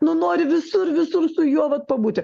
nu nori visur visur su juo vat pabūti